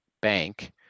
bank